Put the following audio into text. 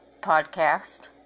podcast